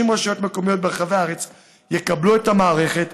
30 רשויות מקומיות ברחבי הארץ יקבלו את המערכת,